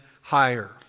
higher